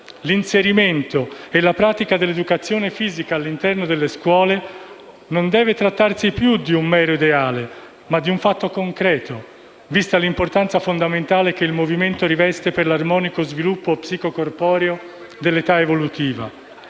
L'inserimento e la pratica dell'educazione fisica all'interno delle scuole non deve trattarsi più di un mero ideale, ma di un fatto concreto, vista l'importanza fondamentale che il movimento riveste per l'armonico sviluppo psico-corporeo nell'età evolutiva.